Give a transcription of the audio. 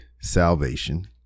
Salvation